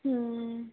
ਹੂੰ